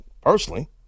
personally